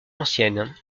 ancienne